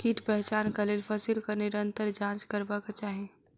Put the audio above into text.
कीट पहचानक लेल फसीलक निरंतर जांच करबाक चाही